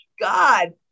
God